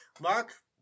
Mark